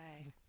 Okay